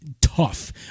tough